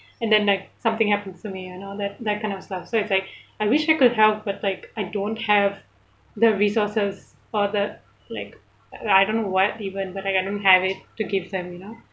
and then like something happens to me and all that that kind of stuff so it's like I wish I could help but like I don't have the resources or the like and I don't know what even like I don't have it to give them you know